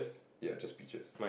ya just peaches